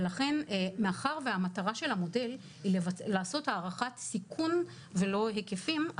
ולכן מאחר והמטרה של המודל היא לעשות הערכת סיכון ולא היקפים,